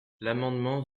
l’amendement